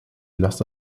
lasse